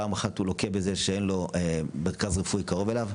פעם אחת הוא לוקה בזה שאין לו מרכז רפואי קרוב אליו,